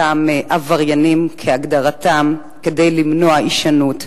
הגדרתם של אותם עבריינים כדי למנוע הישנות,